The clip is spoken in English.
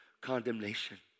condemnation